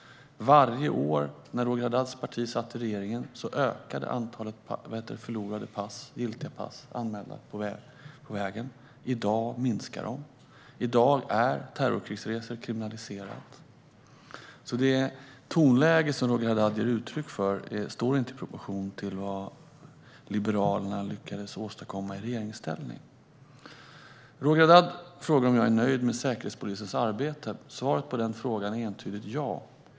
Varje år då Roger Haddads parti satt i regeringen ökade antalet förlorade giltiga pass. I dag minskar de. I dag är terrorkrigsresor kriminaliserade. Det tonläge som Roger Haddad ger uttryck för står inte i proportion till vad Liberalerna lyckades åstadkomma i regeringsställning. Roger Haddad frågar om jag är nöjd med Säkerhetspolisens arbete. Svaret på frågan är entydigt ja.